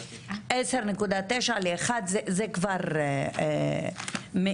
מ-10.9% ל-1% זה כבר מעיד.